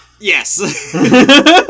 Yes